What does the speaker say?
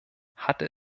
hatte